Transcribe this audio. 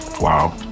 Wow